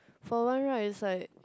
for one ride is like